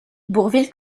bourvil